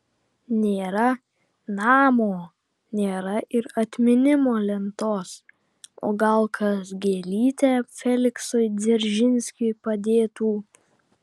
nėra namo nėra ir atminimo lentos o gal kas gėlytę feliksui dzeržinskiui padėtų